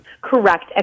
Correct